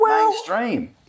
mainstream